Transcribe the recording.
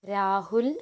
Rahul